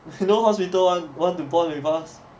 no hospital want want to bond with us